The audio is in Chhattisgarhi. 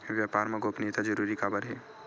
व्यापार मा गोपनीयता जरूरी काबर हे?